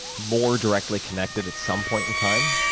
more directly connected at some point in time,